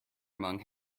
among